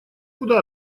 куда